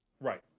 Right